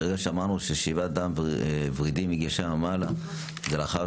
ברגע שאמרנו ששאיבת דם ורידי מגיל 7 ומעלה זה לאחר